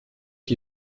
qui